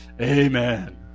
Amen